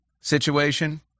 situation